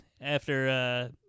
After-